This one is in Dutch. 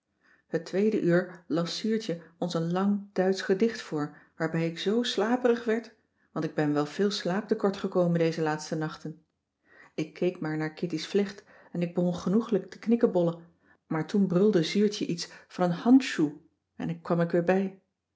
het tweede uur las zuurtje ons een lang duitsch gedicht voor waarbij ik zoo slaperig werd want ik ben wel veel slaap te kort gekomen deze laatste nachten ik keek maar naar kitty's vlecht en ik begon genoegelijk te knikkebollen maar toen brulde zuurtje iets cissy van marxveldt de h b s tijd van joop ter heul van een handschuh en kwam ik weer